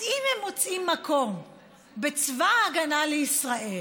אז אם הם מוצאים מקום בצבא ההגנה לישראל